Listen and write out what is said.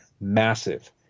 massive